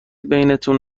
بینتون